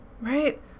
Right